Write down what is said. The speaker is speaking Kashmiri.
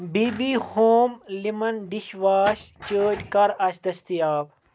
بی بی ہوم لٮ۪من ڈِش واش چٲٹۍ کَر آسہِ دٔستِیاب